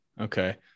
Okay